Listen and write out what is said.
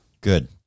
Good